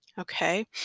Okay